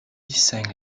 sang